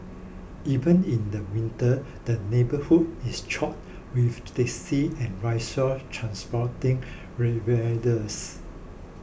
even in the winter the neighbourhood is choked with taxis and rickshaws transporting revellers